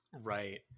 Right